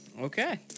Okay